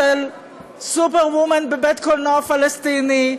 כסופר-וומן בבית קולנוע פלסטיני,